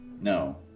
No